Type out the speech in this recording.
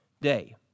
day